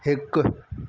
हिकु